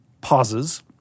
pauses